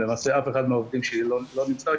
למעשה אף אחד מהעובדים שלי לא נמצא,